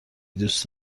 دوست